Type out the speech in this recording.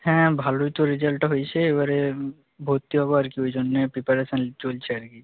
হ্যাঁ ভালোই তো রেজাল্টটা হয়েছে এবারে ভর্তি হব আর কি ওই জন্যে প্রিপারেশান চলছে আর কি